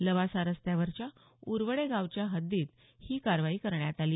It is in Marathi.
लवासा रस्त्यावरच्या उरवडे गावच्या हद्दीत ही कारवाई करण्यात आली